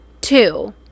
two